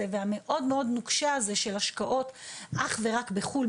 והמאוד מאוד נוקשה הזה של השקעות אך ורק בחו"ל,